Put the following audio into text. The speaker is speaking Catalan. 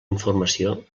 informació